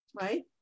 right